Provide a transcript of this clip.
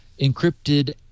encrypted